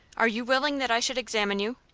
are you willing that i should examine you?